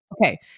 Okay